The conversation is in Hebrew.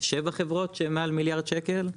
שבע חברות שמעל מיליארד שקל.